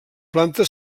planta